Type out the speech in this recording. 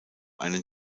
einen